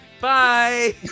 Bye